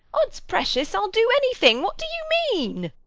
ods precious, i'll do any thing. what do you mean?